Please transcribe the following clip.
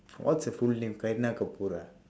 what's her full name kareena kapoor ah